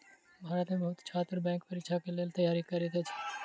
भारत में बहुत छात्र बैंक परीक्षा के लेल तैयारी करैत अछि